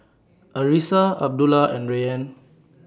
Arissa Abdullah and Rayyan